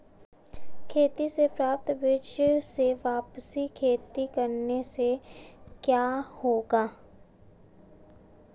खेती से प्राप्त बीज से वापिस खेती करने से क्या होगा?